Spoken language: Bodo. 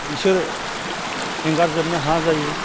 बिसोर एंगारजोबनो हाया जायो